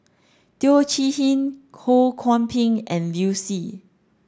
Teo Chee Hean Ho Kwon Ping and Liu Si